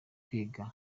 kwiga